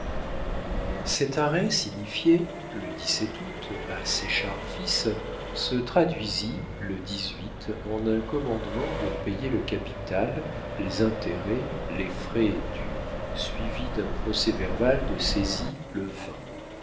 cet arrêt signifié le août à séchard fils se traduisit le en un commandement de payer le capital les intérêts les frais dus suivis d'un procès-verbal de saisie le